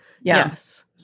Yes